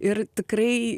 ir tikrai